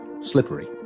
slippery